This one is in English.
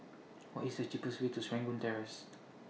What IS The cheapest Way to Serangoon Terrace